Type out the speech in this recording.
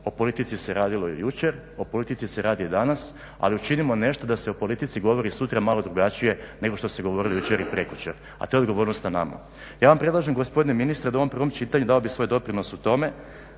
o politici se radilo i jučer, o politici se radi i danas, ali učinimo nešto da se o politici govori sutra malo drugačije nego što se govorilo jučer i prekjučer, a to je odgovornost na nama. Ja vam predlažem gospodine ministre da u ovom prvom čitanju, dao bih svoj doprinos u tome,